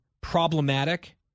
problematic